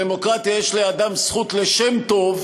בדמוקרטיה יש לאדם זכות לשם טוב,